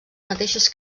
mateixes